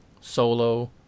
solo